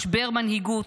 משבר מנהיגות,